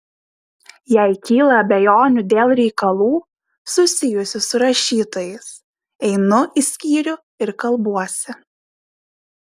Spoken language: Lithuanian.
jei kyla abejonių dėl reikalų susijusių su rašytojais einu į skyrių ir kalbuosi